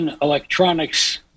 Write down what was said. electronics